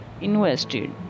invested